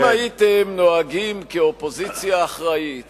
אם הייתם נוהגים כאופוזיציה אחראית